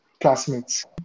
classmates